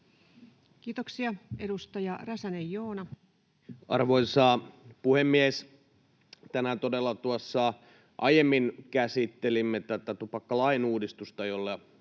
Kiitoksia. — Edustaja Räsänen, Joona. Arvoisa puhemies! Tänään todella tuossa aiemmin käsittelimme tupakkalain uudistusta, jolla